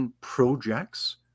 projects